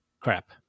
Crap